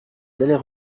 allaient